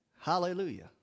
hallelujah